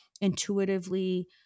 intuitively